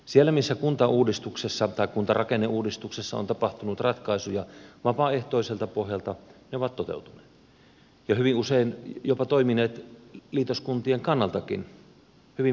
siellä missä kuntarakenneuudistuksessa on tapahtunut ratkaisuja vapaaehtoiselta pohjalta ne ovat toteutuneet ja hyvin usein jopa toimineet liitoskuntien kannaltakin hyvin myönteisellä tavalla